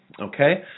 Okay